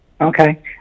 Okay